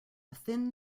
thin